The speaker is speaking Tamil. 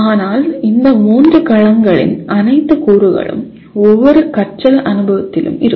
ஆனால் இந்த மூன்று களங்களின் அனைத்து கூறுகளும் எந்தவொரு கற்றல் அனுபவத்திலும் இருக்கும்